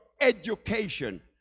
education